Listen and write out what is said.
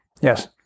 Yes